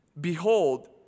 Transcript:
behold